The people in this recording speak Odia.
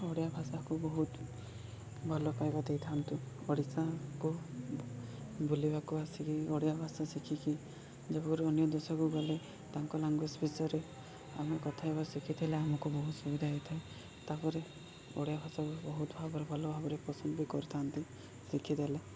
ଓଡ଼ିଆ ଭାଷାକୁ ବହୁତ ଭଲ ପାଇବା ଦେଇଥାନ୍ତୁ ଓଡ଼ିଶାକୁ ବୁଲିବାକୁ ଆସିକି ଓଡ଼ିଆ ଭାଷା ଶିଖିକି ଯେପରି ଅନ୍ୟ ଦେଶକୁ ଗଲେ ତାଙ୍କ ଲାଙ୍ଗୁଏଜ୍ ବିଷୟରେ ଆମେ କଥା ହେବା ଶିଖିଥିଲେ ଆମକୁ ବହୁତ ସୁବିଧା ହେଇଥାଏ ତା'ପରେ ଓଡ଼ିଆ ଭାଷାକୁ ବହୁତ ଭାବରେ ଭଲ ଭାବରେ ପସନ୍ଦ ବି କରିଥାନ୍ତି ଶିଖିଦେଲେ